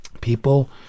people